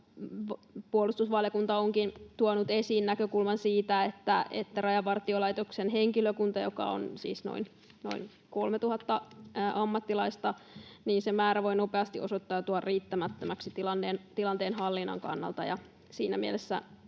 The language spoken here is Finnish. Puolustusvaliokunta onkin tuonut esiin näkökulman siitä, että Rajavartiolaitoksen henkilökunnan määrä, joka on siis noin 3 000 ammattilaista, voi nopeasti osoittautua riittämättömäksi tilanteen hallinnan kannalta.